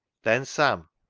then sam,